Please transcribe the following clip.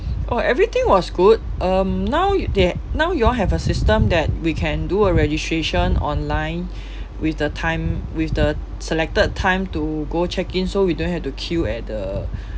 oh everything was good um now they now you all have a system that we can do a registration online with the time with the selected time to go check in so we don't have to queue at the